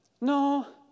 no